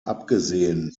abgesehen